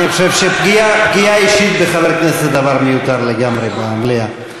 אני חושב שפגיעה אישית בחבר כנסת זה דבר מיותר לגמרי במליאה.